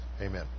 amen